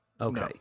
Okay